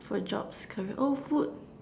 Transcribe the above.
for jobs career oh food